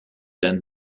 dent